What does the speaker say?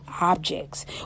objects